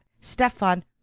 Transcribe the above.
Stefan